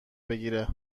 بگیره